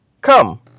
Come